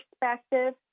perspective